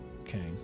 Okay